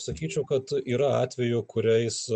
sakyčiau kad yra atvejų kuriais